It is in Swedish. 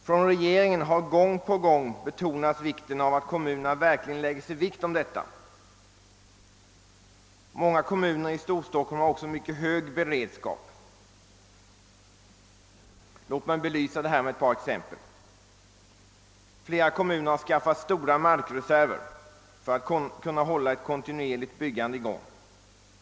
Från regeringen har gång på gång betonats vikten av att kommunerna lägger sig vinn om en sådan planering, och många kommuner i Storstockholm har också nu en mycket hög beredskap. Låt mig belysa detta med ett par exempel. Flera kommuner i Storstockholm har skaffat sig stora markreserver för att kunna hålla ett kontinuerligt byggande i gång.